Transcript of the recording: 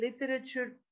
literature